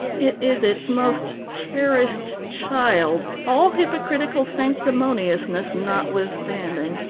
it is its most cherished child, all hypocritical sanctimoniousness notwithstanding.